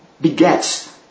begets